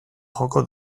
joko